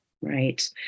Right